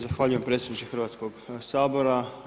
Zahvaljujem predsjedniče Hrvatskog sabora.